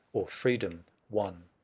or freedom won.